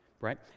right